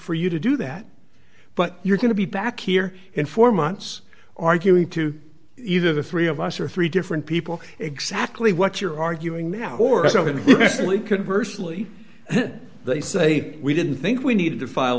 for you to do that but you're going to be back here in four months arguing to either the three of us or three different people exactly what you're arguing now or something mr lee could bursley they say we didn't think we need to file